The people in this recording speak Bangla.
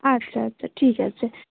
আচ্ছা আচ্ছা ঠিক আছে